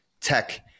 tech